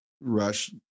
rush